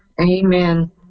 amen